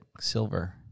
Silver